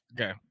Okay